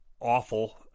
awful